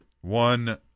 One